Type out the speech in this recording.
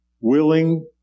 willing